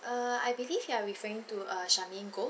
err I believe you are referring to uh charmaine goh